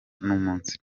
n’umunsi